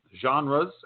genres